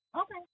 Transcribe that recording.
Okay